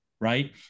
right